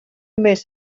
miss